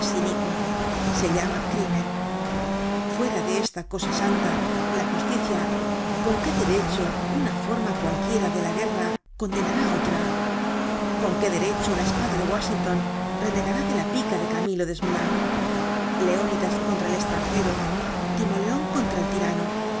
inicua se llama crímen fuera de esta cosa santa la justicia con qué derecho una forma cualquiera de la guerra condenará otra con qué derecho la espada de washington renegará de la pica de camilo desmoulins leonidas contra el estranjero timoleon contra el tirano cuál